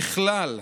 ככלל,